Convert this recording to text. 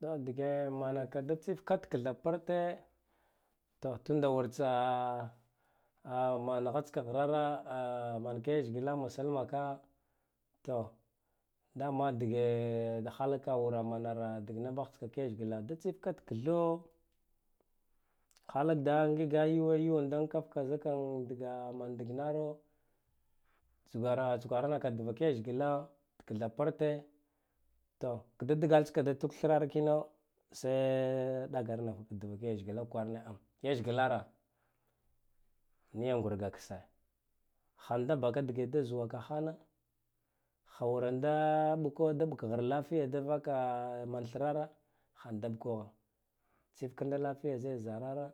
Ton dgemanaka da tsifka tiktha brte to tunda wur tsa naghatska ghrara manke leshgla musulmaka to damadge halaka manara dgna bakhtska leshgla da tsifka ttho halasa ngiga yu yuwanda ankafka zikan daga man dignaro tsurah-tsugwara drakheshgla tatha bate dadgla tska da tiba thrar kina se ɗaganafka dvak leshgla kwarane leshglara miyan ngurga kse khanda baka dge da zuwaka khano kha wumn da mbo da mɓakar tifiya da vaka man thrara khamdaɓgho tsifkan da lafiya zi zarara